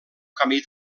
camí